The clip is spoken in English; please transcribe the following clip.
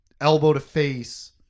elbow-to-face